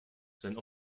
sein